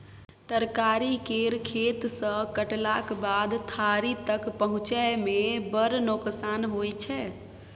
तरकारी केर खेत सँ कटलाक बाद थारी तक पहुँचै मे बड़ नोकसान होइ छै